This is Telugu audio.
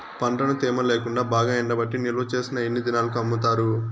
పంటను తేమ లేకుండా బాగా ఎండబెట్టి నిల్వచేసిన ఎన్ని దినాలకు అమ్ముతారు?